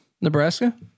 Nebraska